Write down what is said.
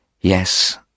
Yes